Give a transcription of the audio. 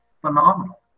phenomenal